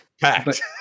packed